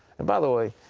and by the way,